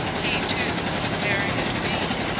he, too, was staring at me.